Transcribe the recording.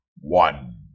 One